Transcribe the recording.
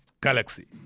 Galaxy